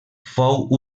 fou